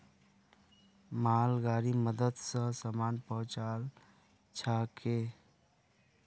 मालगाड़ीर मदद स सामान पहुचाल जाछेक